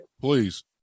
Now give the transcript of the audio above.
Please